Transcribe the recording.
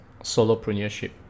solopreneurship